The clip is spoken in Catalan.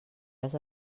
les